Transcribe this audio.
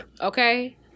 Okay